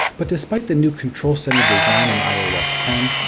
but despite the new control center design in ios ten,